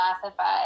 classified